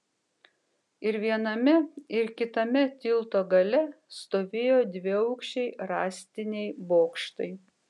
ir viename ir kitame tilto gale stovėjo dviaukščiai rąstiniai bokštai